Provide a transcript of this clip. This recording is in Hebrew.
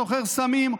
סוחר סמים,